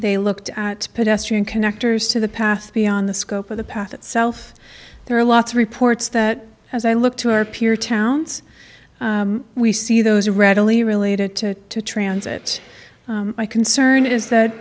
they looked at pedestrian connectors to the path beyond the scope of the path itself there are lots of reports that as i look to our peer towns we see those are readily related to the transit my concern is that